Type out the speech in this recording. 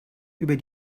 über